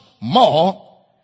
more